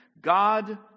God